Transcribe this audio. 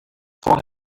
four